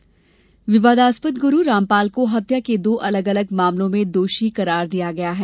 रामपाल विवादास्पद गुरू रामपाल को हत्या के दो अलग अलग मामलों में दोषी करार दिया गया है